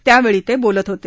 त्यावेळी ते बोलत होते